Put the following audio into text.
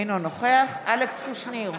אינו נוכח אלכס קושניר,